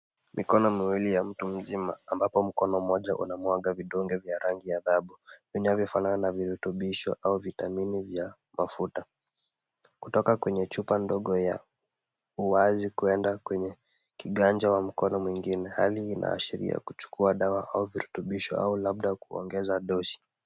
Mikono miwili ya mtu mzima ambapo mkono mmoja unamwaga vidonge vya rangi ya dhahabu vinavyofanana na virutubisho au vitamini vya mafuta ,kutoka kwenye chupa ndogo ya uwazi kuenda kwenye kiwanja cha mkono mwingine, hali inaashiria kuchukua dawa au virutubisho au labda kuongeza dozi.